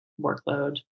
workload